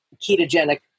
ketogenic